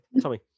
Tommy